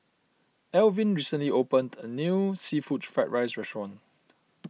Alvin recently opened a new Seafood Fried Rice restaurant